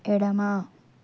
ఎడమ